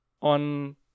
on